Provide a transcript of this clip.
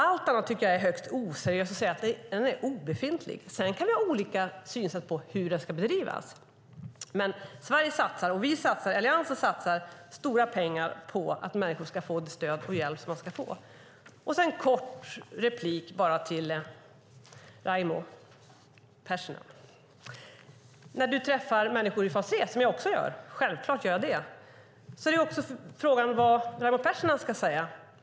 Det är högst oseriöst att säga att den är obefintlig. Vi kan ha olika synsätt när det gäller hur den ska bedrivas. Sverige och Alliansen satsar stora pengar på att människor ska få stöd och hjälp. Jag har en kort kommentar till Raimo Pärssinen. När du träffar människor i fas 3, vilket jag också gör, är det frågan om vad du ska säga.